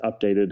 updated